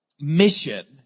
mission